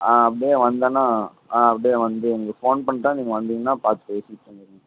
ஆ அப்படியே வந்தேன்னா ஆ அப்டேயே வந்து உங்களுக்கு ஃபோன் பண்ணுறேன் நீங்கள் வந்திங்கன்னா பார்த்து பேசிவிட்டு வந்துடறேங்க